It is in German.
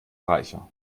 reicher